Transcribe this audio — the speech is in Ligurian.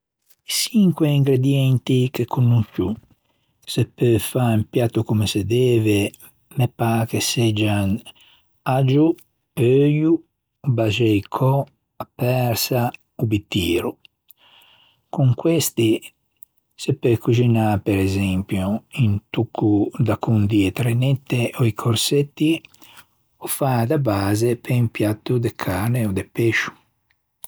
çinque ingredienti che conoscio e che se peu fâ un piatto comme se deve me pâ che seggian: aggio, euio, baxeicö, a persa, o bittiro. Con questi se peu coxinâ per esempio un tocco da condî e trenette o i còrsetti ò fâ da base pe un piatto de carne ò de pescio.